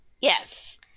Yes